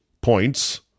points